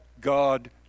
God